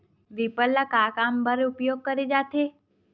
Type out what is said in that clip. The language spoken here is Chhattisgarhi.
रीपर ल का काम बर उपयोग करे जाथे?